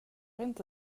inte